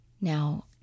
Now